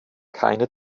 keine